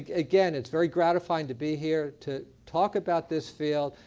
ah again, it's very gratifying to be here, to talk about this field,